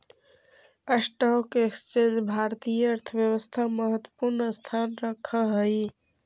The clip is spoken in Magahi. स्टॉक एक्सचेंज भारतीय अर्थव्यवस्था में महत्वपूर्ण स्थान रखऽ हई